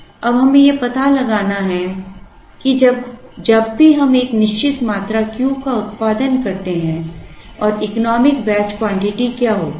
अब हमें यह पता लगाना है कि जब भी हम एक निश्चित मात्रा Q का उत्पादन करते हैं और इकोनॉमिक बैच क्वांटिटी क्या होती है